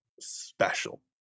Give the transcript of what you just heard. special